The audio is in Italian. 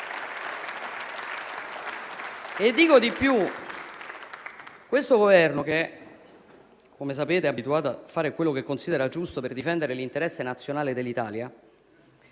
Dico di più. Questo Governo, che, come sapete, è abituato a fare tutto ciò che considera giusto per difendere l'interesse nazionale dell'Italia,